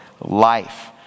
life